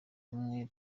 amwe